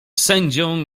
sędzią